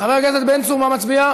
חבר הכנסת בן צור, מה מצביע?